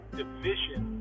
division